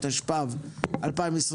התשפ"ב-2021,